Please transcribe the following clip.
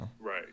right